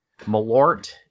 Malort